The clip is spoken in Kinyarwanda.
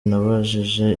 nabajije